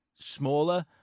smaller